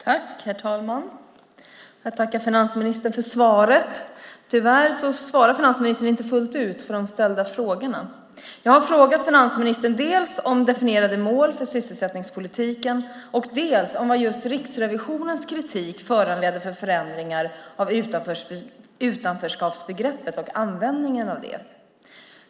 Herr talman! Jag tackar finansministern för svaret. Tyvärr svarar finansministern inte fullt ut på de ställda frågorna. Jag har frågat finansministern dels om definierade mål för sysselsättningspolitiken, dels om vad just Riksrevisionens kritik föranledde för förändringar av utanförskapsbegreppet och användningen av det. Herr talman!